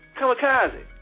Kamikaze